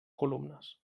columnes